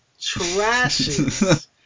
trashes